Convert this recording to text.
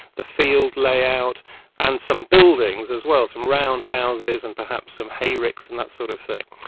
the field layout and some buildings as well, some round houses and perhaps some hay ricks and that sort of thing.